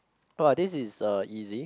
!wah! this is uh easy